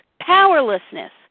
Powerlessness